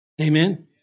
Amen